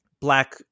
black